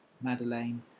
Madeleine